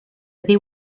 iddi